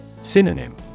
Synonym